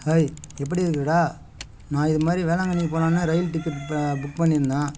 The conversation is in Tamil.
ஹாய் எப்படி இருக்கிறடா நான் இது மாதிரி வேளாங்கண்ணிக்கு போகலான்னு ரயில் டிக்கெட் ப புக் பண்ணியிருந்தேன்